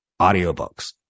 Audiobooks